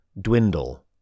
dwindle